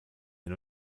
hin